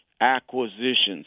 acquisitions